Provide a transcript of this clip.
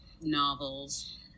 novels